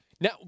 Now